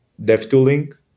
DevTooling